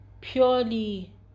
purely